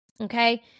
Okay